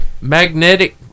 magnetic